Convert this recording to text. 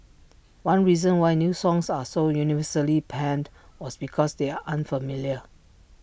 one reason why new songs are so universally panned was because they are unfamiliar